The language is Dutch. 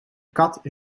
kat